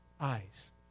eyes